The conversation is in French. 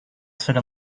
cela